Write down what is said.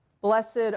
blessed